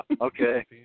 okay